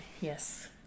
yes